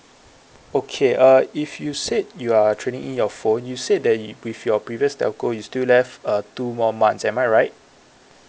okay uh if you said you are trading in your phone you said that with your previous telco you still left uh two more months am I right